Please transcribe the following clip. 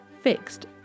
fixed